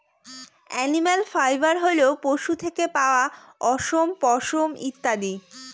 animal fibre হল পশু থেকে পাওয়া অশম, পশম ইত্যাদি